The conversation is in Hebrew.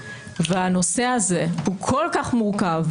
הנושא הזה הוא כל כך מורכב,